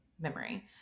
memory